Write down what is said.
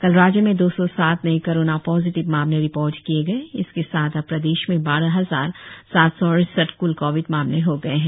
कल राज्य में दो सौ सात नए कोरोना पॉजिटिव मामले रिपोर्ट किए गए इसके साथ अब प्रदेश में बारह हजार सात सौ अड़सठ क्ल कोविड मामले हो गए है